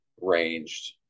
ranged